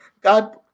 God